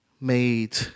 made